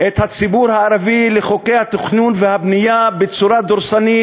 את הציבור הערבי לחוקי התכנון והבנייה בצורה דורסנית,